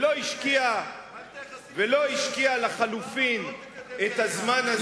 ולא השקיע לחלופין את הזמן,